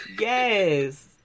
Yes